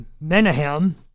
Menahem